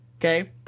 okay